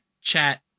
Chat